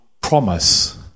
promise